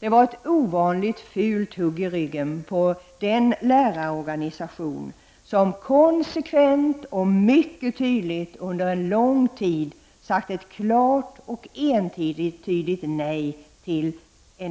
Det var ett ovanligt fult hugg i ryggen på den lärarorganisation som konsekvent och mycket tydligt under en lång tid sagt ett klart och entydigt nej till